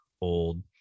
old